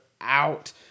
out